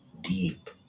deep